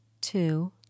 two